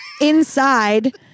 Inside